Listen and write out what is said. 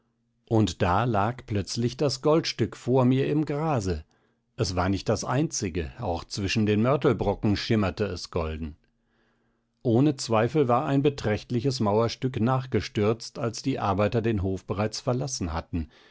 und da lag plötzlich das goldstück vor mir im grase es war nicht das einzige auch zwischen den mörtelbrocken schimmerte es golden ohne zweifel war ein beträchtliches mauerstück nachgestürzt als die arbeiter den hof bereits verlassen hatten